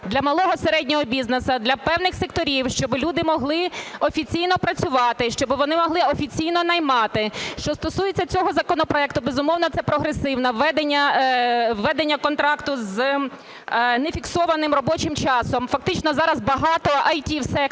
для малого, середнього бізнесу, для певних секторів, щоб люди могли офіційно працювати, щоб вони могли офіційно наймати. Що стосується цього законопроекту, безумовно, це прогресивно – введення контракту з нефіксованим робочим часом. Фактично зараз багато в ІТ секторі,